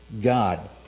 God